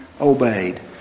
obeyed